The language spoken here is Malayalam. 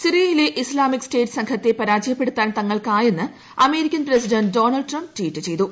സിറിയയില്ലെ ്ഇസ്ലാമിക് സ്റ്റേറ്റ് സംഘത്തെ പരാജയപ്പെടുത്ത്ക്ക് ത്ങ്ങൾക്കായെന്ന് American president Donald Trump tweet ചെയ്തു